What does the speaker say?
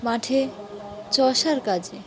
মাঠে চষার কাজে